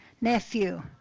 nephew